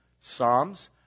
Psalms